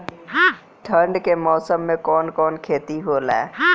ठंडी के मौसम में कवन कवन खेती होला?